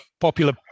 popular